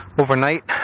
overnight